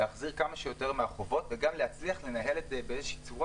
להחזיר כמה שיותר מהחובות וגם לנהל את זה בצורה